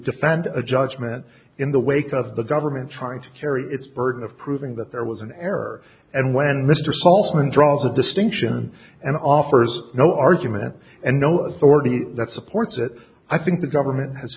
defend a judgment in the wake of the government trying to carry its burden of proving that there was an error and when mr salzman draws a distinction and offers no argument and no authority that supports it i think the government has